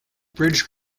bridge